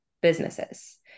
businesses